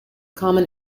common